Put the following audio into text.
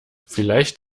vielleicht